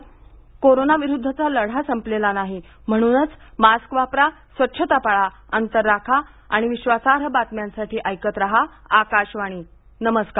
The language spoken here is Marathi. पण कोरोना विरुद्धचा लढा संपलेला नाही म्हणूनच मास्क वापरा स्वच्छता पाळा अंतर राखा आणि विश्वासार्ह बातम्यांसाठी ऐकत रहा आकाशवाणी नमस्कार